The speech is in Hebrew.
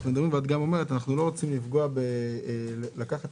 ואת גם אומרת שאנחנו לא רוצים לפגוע,